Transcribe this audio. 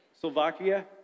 Slovakia